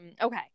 okay